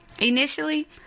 Initially